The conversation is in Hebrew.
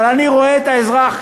אבל אני רואה את האזרח,